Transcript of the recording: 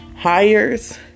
hires